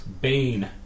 Bane